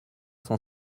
cent